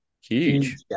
Huge